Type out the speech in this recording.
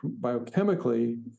biochemically